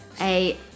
A-